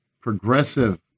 progressive